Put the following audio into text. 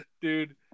Dude